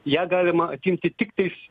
ją galima atimti tiktais